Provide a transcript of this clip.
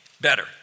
better